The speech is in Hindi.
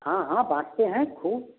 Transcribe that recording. हाँ हाँ बाटते हैं ख़ूब